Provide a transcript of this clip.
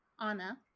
Anna